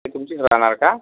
ते तुमचीच राहणार का